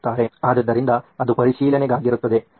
ಆದ್ದರಿಂದ ಅದು ಪರಿಶೀಲನೆಗಾಗಿರುತ್ತದೆ